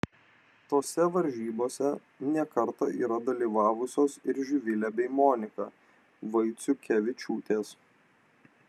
tose varžybose ne kartą yra dalyvavusios ir živilė bei monika vaiciukevičiūtės